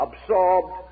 absorbed